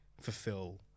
fulfill